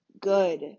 good